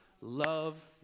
Love